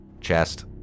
Chest